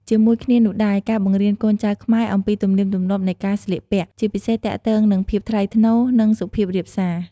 ជាមួយគ្នានោះដែរ ការបង្រៀនកូនចៅខ្មែរអំពីទំនៀមទម្លាប់នៃការស្លៀកពាក់ ជាពិសេសទាក់ទងនឹងភាពថ្លៃថ្នូរ និងសុភាពរាបសារ។